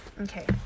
Okay